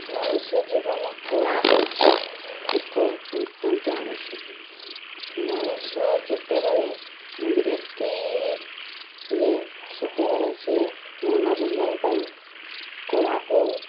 ମନୁଷ୍ୟ ଜୀବନ କଳା ହେଉଛି ଏକ ନିତ୍ୟାନ୍ତ ଆବଶ୍ୟକ ମଣିଷ ଯେତେବେଳେ ବିରକ୍ତି ହୁଏ ସେତେବଳେ ସେ ମନରଞ୍ଜନ ପାଇଁ କଳାକୁ